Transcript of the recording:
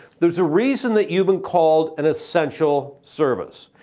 there's a reason that you've been called an essential service.